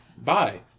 Bye